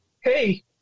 Hey